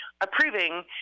approving